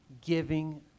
giving